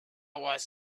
wars